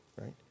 right